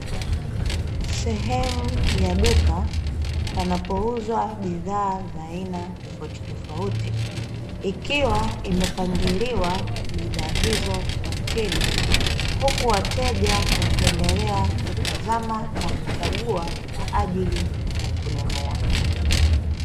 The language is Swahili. Sehemu ya duka, panapouzwa bidhaa za aina tofautitofauti. Ikiwa imepangiliwa bidhaa hizo kwa chini, huku wateja wakiendelea kutazama na kuchagua kwa ajili ya kununua.